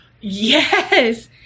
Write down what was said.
yes